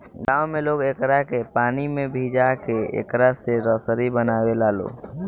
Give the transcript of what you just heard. गांव में लोग एकरा के पानी में भिजा के एकरा से रसरी बनावे लालो